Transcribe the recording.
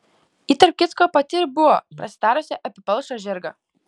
ji tarp kitko pati ir buvo prasitarusi apie palšą žirgą